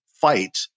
fight